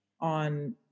on